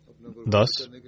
Thus